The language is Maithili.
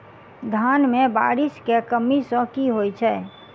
धान मे बारिश केँ कमी सँ की होइ छै?